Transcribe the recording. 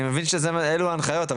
אני מבין שאלו ההנחיות,